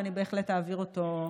ואני בהחלט אעביר אותו לשרה.